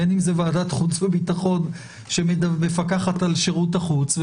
בין אם זה ועדת החוץ והביטחון שמפקחת על שירות החוץ,